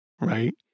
right